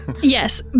Yes